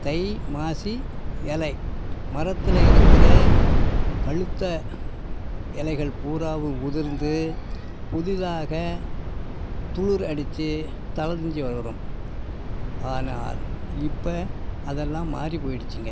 தை மாசி இலை மரத்தில் இருக்கிற பழுத்த இலைகள் பூராவும் உதிர்ந்து புதிதாக துளிர் அடித்து தழைஞ்சி வளரும் ஆனால் இப்போ அதெல்லாம் மாறி போயிடுச்சுங்க